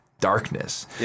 darkness